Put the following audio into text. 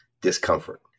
discomfort